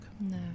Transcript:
No